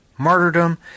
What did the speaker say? martyrdom